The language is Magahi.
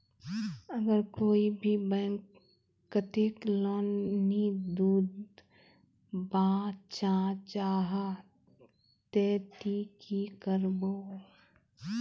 अगर कोई भी बैंक कतेक लोन नी दूध बा चाँ जाहा ते ती की करबो?